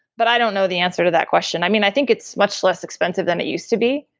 but i don't know the answer to that question i mean, i think it's much less expensive than it used to be,